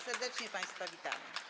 Serdecznie państwa witamy.